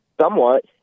somewhat